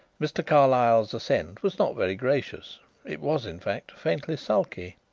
mr. carlyle's assent was not very gracious it was, in fact, faintly sulky.